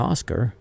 Oscar